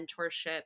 mentorship